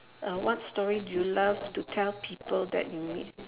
uh what story do you love to tell people that you meet